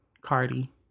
Cardi